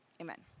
amen